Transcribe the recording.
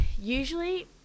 usually